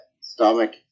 stomach